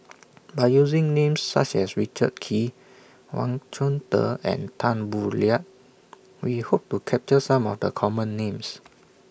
By using Names such as Richard Kee Wang Chunde and Tan Boo Liat We Hope to capture Some of The Common Names